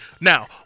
Now